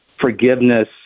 forgiveness